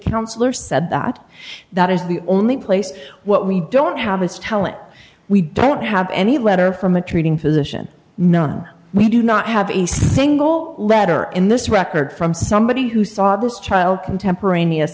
counsellor said that that is the only place what we don't have is talent we don't have any letter from the treating physician none we do not have a single letter in this record from somebody who saw this child contemporaneous